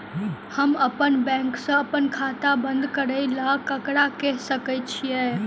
हम अप्पन बैंक सऽ अप्पन खाता बंद करै ला ककरा केह सकाई छी?